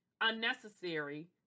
unnecessary